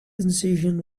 incision